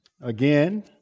Again